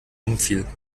umfiel